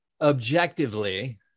objectively